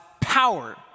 power